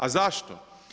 A zašto?